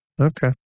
okay